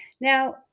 Now